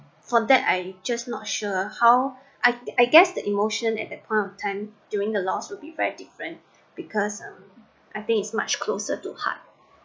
for that I just not sure how I I guess the emotion at the point of time during the loss will be very different because um I think it's much closer to heart